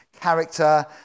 character